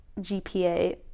GPA